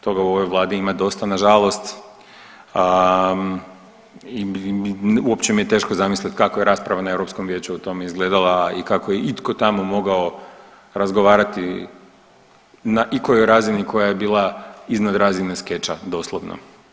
Toga u ovoj Vladi ima dosta na žalost uopće mi je teško zamisliti kako je rasprava na Europskom vijeću o tome izgledala i kako je itko tamo mogao razgovarati na ikojoj razini koja je bila iznad razine skeča, doslovno.